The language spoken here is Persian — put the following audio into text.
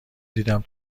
دیدم